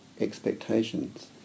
expectations